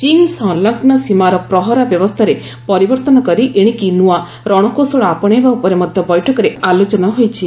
ଚୀନ ସଂଲଗ୍ନ ସୀମାର ପ୍ରହରା ବ୍ୟବସ୍ଥାରେ ପରିବର୍ତ୍ତନ କରି ଏଶିକି ନୂଆ ରଣକୌଶଳ ଆପଣାଇବା ଉପରେ ମଧ୍ୟ ବୈଠକରେ ଆଲୋଚନା ରହିଛି